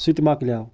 سُہ تہِ مکلیو